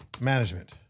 management